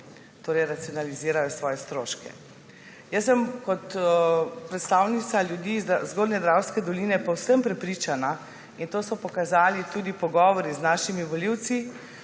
torej racionalizirali svoje stroške. Jaz sem kot predstavnica ljudi zgornje Dravske doline povsem prepričana in to so pokazali tudi pogovori z našimi volivci,